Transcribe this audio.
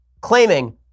claiming